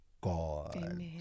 God